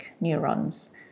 neurons